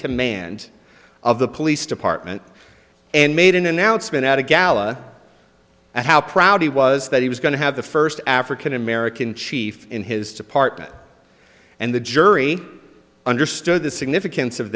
command of the police department and made an announcement at a gala and how proud he was that he was going to have the first african american chief in his department and the jury understood the significance of